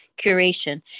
curation